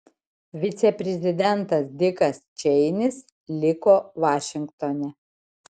viceprezidentas dikas čeinis liko vašingtone